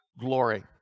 glory